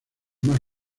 más